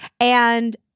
and-